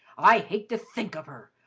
i hate to think of her!